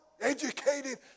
educated